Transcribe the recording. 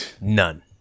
None